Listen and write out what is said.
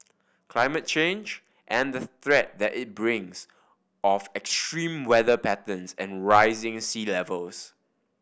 climate change and the threat that it brings of extreme weather patterns and rising sea levels